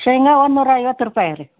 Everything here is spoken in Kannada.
ಶೇಂಗಾ ಒಂದು ನೂರೈವತ್ತು ರೂಪಾಯಿ ರೀ